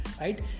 right